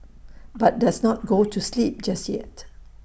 but does not go to sleep just yet